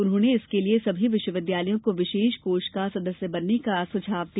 उन्होंने इसके लिये सभी विश्वविद्यालयों को विशेष कोष का सदस्य बनने का सुझााव दिया